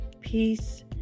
peace